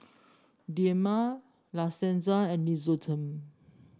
Dilmah La Senza and Nixoderm